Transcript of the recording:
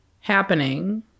happening